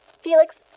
Felix